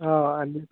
అందు